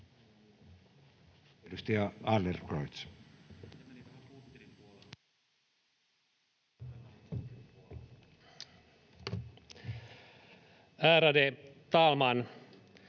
Edustaja Adlercreutz. Ärade talman!